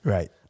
Right